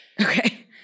Okay